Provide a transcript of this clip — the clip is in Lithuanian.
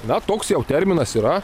na toks jau terminas yra